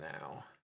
now